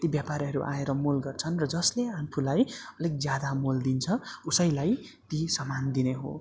ती व्यापारीहरू आएर मोल गर्छन् र जसले आफूलाई अलिक ज्यादा मोल दिन्छ उसैलाई ती सामान दिने हो